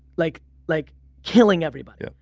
like like killing everybody,